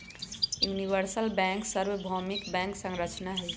universal bank सर्वभौमिक bank संरचना हई